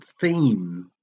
theme